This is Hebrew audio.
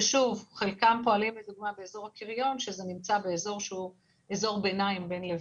שחלקם פועלים באזור הקריון שנחשב לאזור ביניים בין לבין.